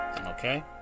Okay